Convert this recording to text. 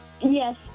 Yes